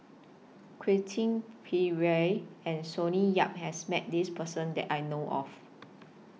Quentin Pereira and Sonny Yap has Met This Person that I know of